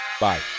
Bye